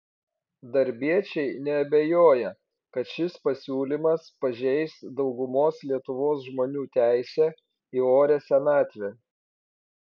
darbiečiai neabejoja kad šis pasiūlymas pažeis daugumos lietuvos žmonių teisę į orią senatvę